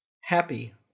happy